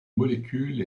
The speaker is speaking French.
molécule